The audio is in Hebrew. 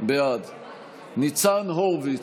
על נושא התקציב.